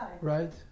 Right